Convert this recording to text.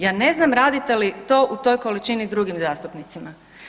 Ja ne znam radite li to u toj količini drugim zastupnicima.